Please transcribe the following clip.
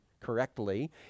correctly